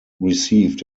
received